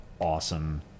awesome